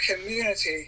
community